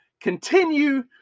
continue